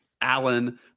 Allen